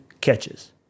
catches